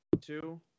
two